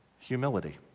humility